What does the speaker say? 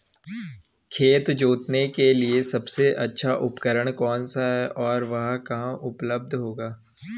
खेत जोतने के लिए सबसे अच्छा उपकरण कौन सा है और वह कहाँ उपलब्ध होगा?